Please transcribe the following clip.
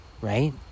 Right